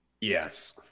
Yes